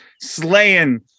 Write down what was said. slaying